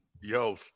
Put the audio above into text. Yo